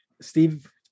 steve